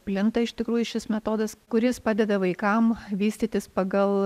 plinta iš tikrųjų šis metodas kuris padeda vaikam vystytis pagal